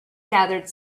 gathered